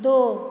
दो